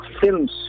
films